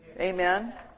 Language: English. Amen